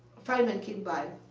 feynman came by.